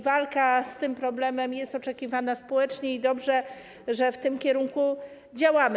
Walka z tym problemem jest oczekiwana społecznie i to dobrze, że w tym kierunku działamy.